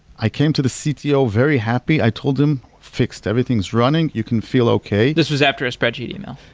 i came to the cto ah very happy. i told them, fixed, everything's running. you can feel okay this was after a spreadsheet you know